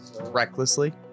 Recklessly